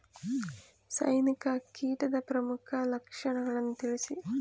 ಸೈನಿಕ ಕೀಟದ ಪ್ರಮುಖ ಲಕ್ಷಣಗಳನ್ನು ತಿಳಿಸಿ?